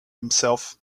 himself